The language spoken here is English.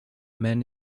men